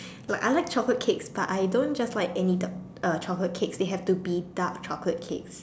like I like chocolate cake but I don't just like any chocolate cake they have to be dark chocolate cake